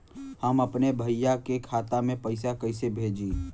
हम अपने भईया के खाता में पैसा कईसे भेजी?